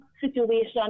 situation